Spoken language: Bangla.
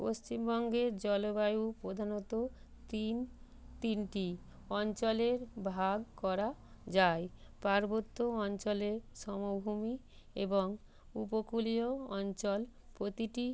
পশ্চিমবঙ্গের জলবায়ু প্রধানত তিন তিনটি অঞ্চলের ভাগ করা যায় পার্বত্য অঞ্চলে সমভূমি এবং উপকূলীয় অঞ্চল প্রতিটি